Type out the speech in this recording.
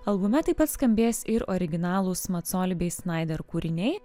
albume taip pat skambės ir originalūs macoli bei snaider kūriniai